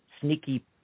sneaky